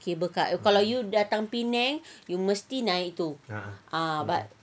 cable car kalau you datang penang you mesti naik tu ah but